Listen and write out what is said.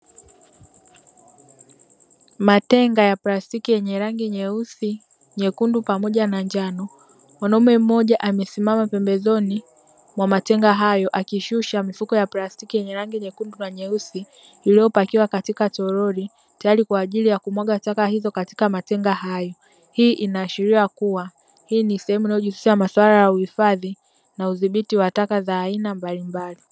Matenga ya plastiki yenye rangi nyeusi na njano; mwanaume mmoja amesimama pembezoni mwa matenga hayo akishusha mifuko ya plastiki yenye rangi nyekundu na nyeusi iliyopakiwa katika toroli tayari kwa ajili ya kumwaga taka hizo katika matenga hayo. Hii inashiria kuwa hii ni sehemu inayo jihusisha na masuala ya uifadhi na uzibiti wa taka za aina mbalimbali.